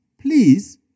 Please